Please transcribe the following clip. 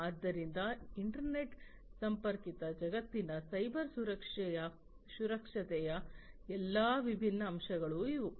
ಆದ್ದರಿಂದ ಇಂಟರ್ನೆಟ್ ಸಂಪರ್ಕಿತ ಜಗತ್ತಿನಲ್ಲಿ ಸೈಬರ್ ಸುರಕ್ಷತೆಯ ಎಲ್ಲಾ ವಿಭಿನ್ನ ಅಂಶಗಳು ಇವು